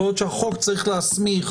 יכול להיות שהחוק צריך להסמיך,